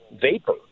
vapor